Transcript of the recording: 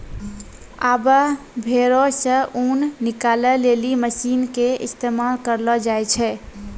आबै भेड़ो से ऊन निकालै लेली मशीन के इस्तेमाल करलो जाय छै